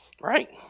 right